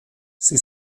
sie